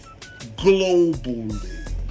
globally